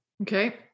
Okay